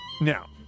Now